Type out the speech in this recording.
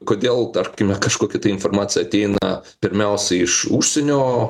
kodėl tarkime kažkokia tai informacija ateina pirmiausia iš užsienio